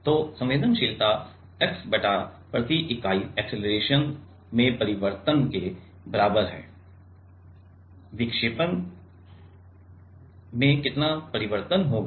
तो संवेदनशीलता x बटा प्रति इकाई अक्सेलरेशन में परिवर्तन के बराबर है विक्षेपण में कितना परिवर्तन होगा